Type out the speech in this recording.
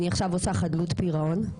אני עכשיו עושה חדלות פרעון.